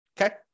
Okay